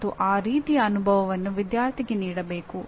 ಮತ್ತು ಆ ರೀತಿಯ ಅನುಭವವನ್ನು ವಿದ್ಯಾರ್ಥಿಗೆ ನೀಡಬೇಕು